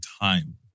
time